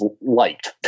liked